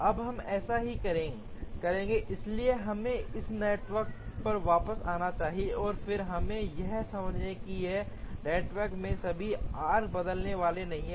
अब हम ऐसा ही करेंगे इसलिए हमें इस नेटवर्क पर वापस आना चाहिए और फिर हम यह समझें कि इस नेटवर्क में ये सभी आर्क बदलने वाले नहीं हैं